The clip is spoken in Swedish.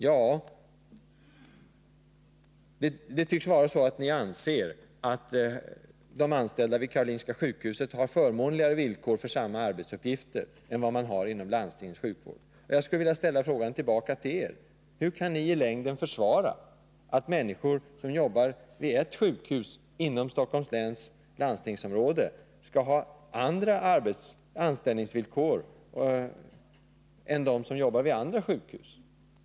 — Ja, ni tycks anse att de anställda vid Karolinska sjukhuset har förmånligare villkor för samma arbetsuppgifter än vad de anställda har inom landstingets sjukvård. Jag skulle vilja fråga er: Hur kan ni i längden försvara att människor som jobbar vid ett sjukhus inom Stockholms läns landstingsområde skall ha andra anställningsvillkor än de som jobbar vid andra sjukhus?